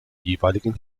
jeweiligen